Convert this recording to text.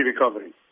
recovery